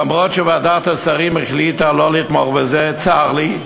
אף שוועדת השרים החליטה לא לתמוך בה, וצר לי,